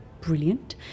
brilliant